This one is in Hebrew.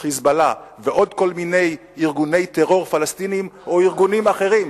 "חיזבאללה" ועוד כל מיני ארגוני טרור פלסטיניים או ארגונים אחרים,